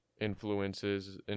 influences